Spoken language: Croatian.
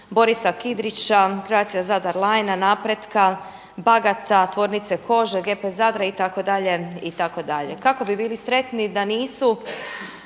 Borisa Kidrića, Croatia Zadar linea, Napretka, Bagata, Tvornice kože GP Zadra itd.